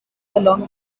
along